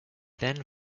then